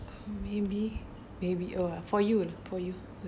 oh maybe maybe oh for you for you